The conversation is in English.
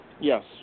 Yes